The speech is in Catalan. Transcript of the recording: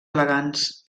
elegants